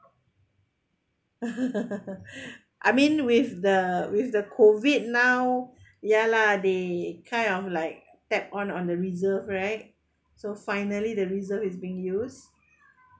I mean with the with the COVID now ya lah they kind of like tap on on the reserve right so finally the reserve is being used